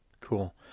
Cool